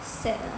sad ah